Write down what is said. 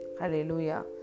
Hallelujah